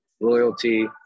loyalty